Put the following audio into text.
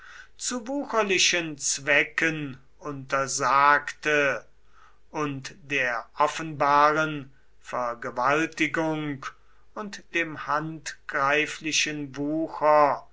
zu wucherlichen zwecken untersagte und der offenbaren vergewaltigung und dem handgreiflichen wucher